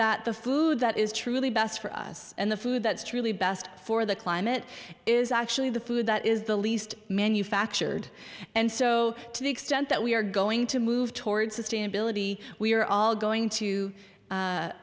that the food that is truly best for us and the food that's truly best for the climate is actually the food that is the least manufactured and so to the extent that we are going to move towards sustained bill we are all going